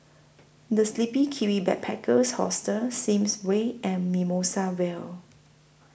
The Sleepy Kiwi Backpackers Hostel Sims Way and Mimosa Vale